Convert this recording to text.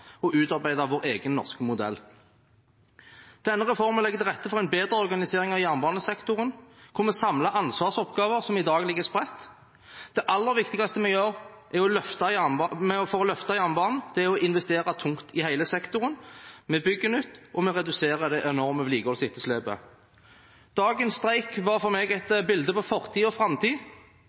og utarbeidet vår egen, norske modell. Denne reformen legger til rette for en bedre organisering av jernbanesektoren, der vi samler ansvarsoppgaver som i dag ligger spredt. Det aller viktigste vi gjør for å løfte jernbanen, er å investere tungt i hele sektoren. Vi bygger nytt, og vi reduserer det enorme vedlikeholdsetterslepet. Dagens streik var for meg et bilde på fortid og framtid.